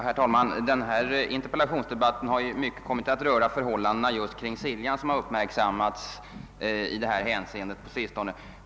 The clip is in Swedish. Herr talman! Den här debatten har ju till stor del kommit att gälla de förhållanden kring Siljan som uppmärk sammats på sistone.